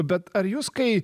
bet ar jus kai